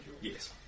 Yes